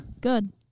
Good